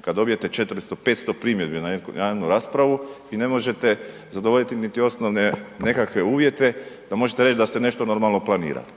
kad dobijete 400, 500 primjedbi na jednu raspravu i ne možete zadovoljiti niti osnovne nekakve uvjete da možete reći da ste nešto normalno planirali